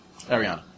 Ariana